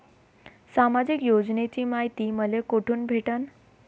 सामाजिक योजनेची मायती मले कोठून भेटनं?